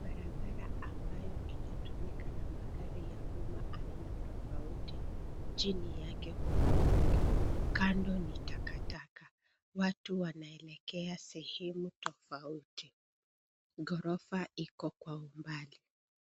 Barabara ambayo inatumika na magari ya uma aina tofauti. Chini yake kuna mto. Kando ni takataka. Watu wanaelekea sehemu tofauti. Ghorofa iko kwa umbali.